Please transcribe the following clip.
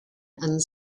and